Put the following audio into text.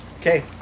Okay